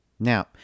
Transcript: Now